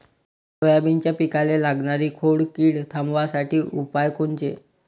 सोयाबीनच्या पिकाले लागनारी खोड किड थांबवासाठी उपाय कोनचे?